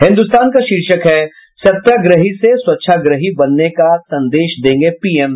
हिन्दुस्तान का शीर्षक हे सत्याग्रही से स्वच्छाग्रही बनने का संदेश देंगे पीएम